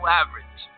average